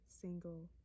single